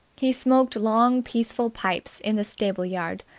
he smoked long, peaceful pipes in the stable-yard,